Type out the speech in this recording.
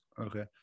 Okay